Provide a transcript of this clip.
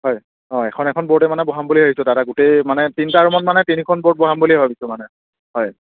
হয় অঁ এখন এখন ব'ৰ্ডে মানে বহাম বুলি ভাবিছোঁ দাদা গোটেই মানে তিনিটা ৰুমত মানে তিনিখন ব'ৰ্ড বহাম বুলি ভাবিছোঁ মানে হয়